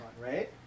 right